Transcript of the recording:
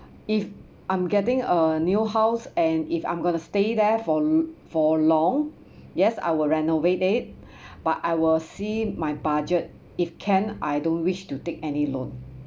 if I'm getting a new house and if I'm gonna stay there for for long yes I will renovate it but I will see my budget if can I don't wish to take any loan